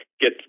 get